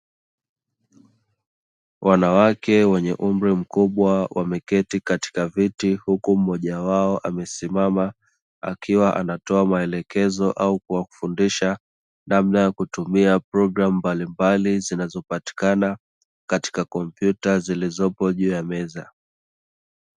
Wanawake wenye umri mkubwa wameketi katika viti huku mmoja wao amesimama; akiwa anatoa maelekezo au kuwafundisha, namna ya kutumia programu mbalimbali zinazopatikana katika kompyuta zilizopo juu ya meza.